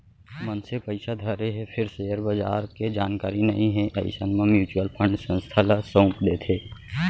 मनसे पइसा धरे हे फेर सेयर बजार के जानकारी नइ हे अइसन म म्युचुअल फंड संस्था ल सउप देथे